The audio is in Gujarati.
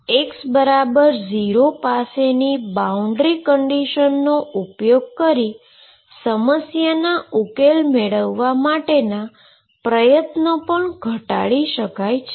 x0 પાસેની બાઉન્ડ્રી કન્ડીશનનો ઉપયોગ કરીને સમસ્યાના ઉકેલ મેળવવા માટેના પ્રયત્નો ઘટાડી શકાય છે